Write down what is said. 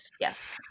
Yes